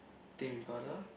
Tame Impala